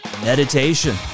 meditation